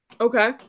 Okay